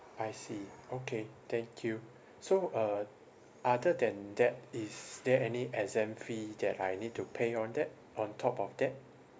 I see okay thank you so uh other than that is there any exam fee that I need to pay on that on top of that